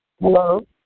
hello